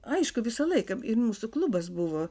aišku visą laiką ir mūsų klubas buvo